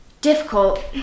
difficult